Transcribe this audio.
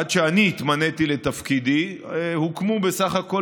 עד שאני התמניתי לתפקידי הוקמו בסך הכול